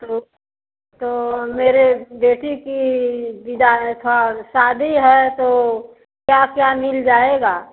तो तो मेरी बेटी की बिदाई और शादी है तो क्या क्या मिल जाएगा